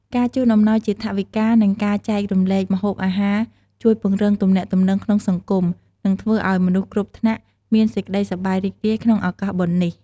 ការជូនអំណោយជាថវិកា និងការចែករំលែកម្ហូបអាហារជួយពង្រឹងទំនាក់ទំនងក្នុងសង្គម និង ធ្វើឱ្យមនុស្សគ្រប់ថ្នាក់ មានសេចក្ដីសប្បាយរីករាយក្នុងឱកាសបុណ្យនេះ។